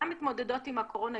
הדמוקרטיות שמתמודדות עם הקורונה,